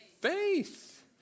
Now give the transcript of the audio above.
faith